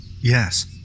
yes